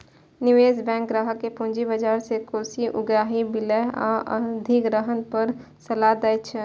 निवेश बैंक ग्राहक कें पूंजी बाजार सं कोष उगाही, विलय आ अधिग्रहण पर सलाह दै छै